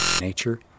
nature